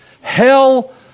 hell